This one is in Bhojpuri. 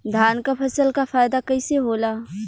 धान क फसल क फायदा कईसे होला?